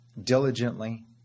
diligently